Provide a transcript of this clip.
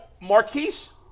Marquise